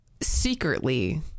secretly